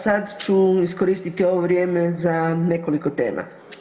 Sad ću iskoristiti ovo vrijeme za nekoliko tema.